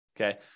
okay